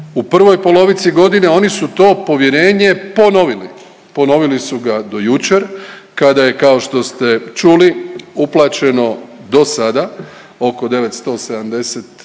U prvoj polovici godine oni su to povjerenje ponovili, ponovili su ga do jučer kada je kao što ste čuli uplaćeno dosada oko 970